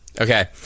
okay